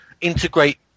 integrate